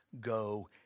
go